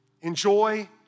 enjoy